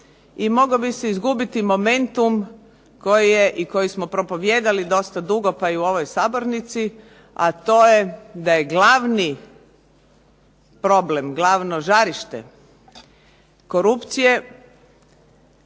i moglo bi se izgubiti momentum koji smo propovijedali dosta dugo pa i u ovoj Sabornici a to je da je glavno žarište korupcije